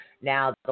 Now